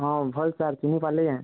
ହଁ ଭଲ୍ ସାର୍ ଚିହ୍ନି ପାର୍ଲେ କାଏଁ